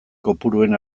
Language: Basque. kopuruen